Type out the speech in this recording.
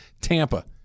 Tampa